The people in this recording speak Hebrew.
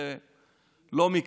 זה לא מקרי.